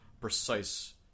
precise